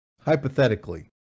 Hypothetically